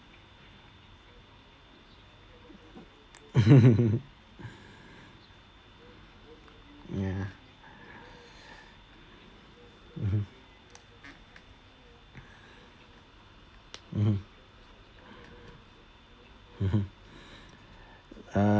mmhmm ya mmhmm mmhmm mmhmm uh